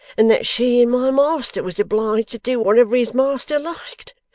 and that she and my master was obliged to do whatever his master liked?